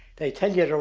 they tell you,